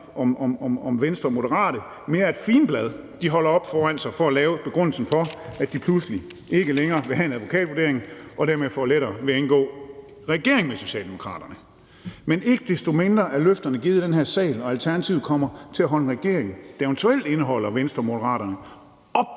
for Venstre og Moderaterne mere er et figenblad, de holder op foran sig som en begrundelse for, at de pludselig ikke længere vil have en advokatvurdering og dermed får lettere ved at indgå i regering med Socialdemokraterne. Men ikke desto mindre er løfterne givet i den her sal, og Alternativet kommer til at holde en regering, der eventuelt omfatter Venstre og Moderaterne,